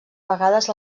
vegades